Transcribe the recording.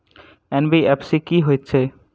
NBFC की हएत छै?